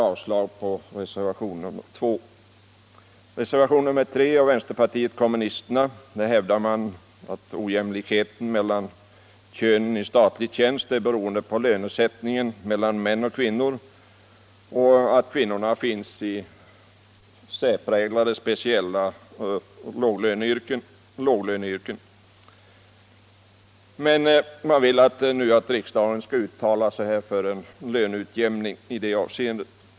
I reservationen 3 hävdar vänsterpartiet kommunisterna att olikheten mellan könen i statlig tjänst beror på skillnader i lönesättningen för män och kvinnor och att.kvinnorna finns i speciella låglöneyrken. Reservanterna vill nu att riksdagen skall uttala sig för en löneutjämning mellan män och kvinnor.